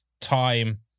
time